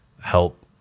help